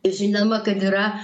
žinoma kad yra